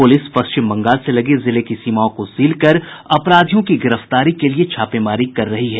police Paschim Bangal से लगी जिले की सीमाओं को सील कर अपराधियों की गिरफ्तारी के लिए छापेमारी कर रही है